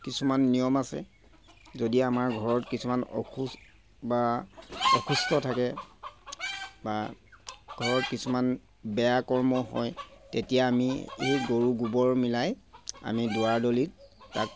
কিছুমান নিয়ম আছে যদি আমাৰ ঘৰত কিছুমান অসু বা অসুস্থ থাকে বা ঘৰত কিছুমান বেয়া কৰ্ম হয় তেতিয়া আমি সেই গৰু গোবৰ মিলাই আমি দুৱাৰ দলিত তাক